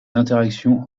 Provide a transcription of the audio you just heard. interactions